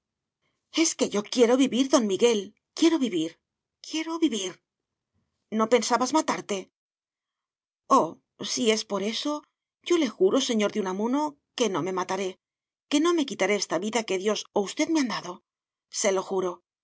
es que yo quiero vivir don miguel quiero vivir quiero vivir no pensabas matarte oh si es por eso yo le juro señor de unamuno que no me mataré que no me quitaré esta vida que dios o usted me han dado se lo juro ahora que